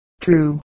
true